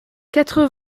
quatre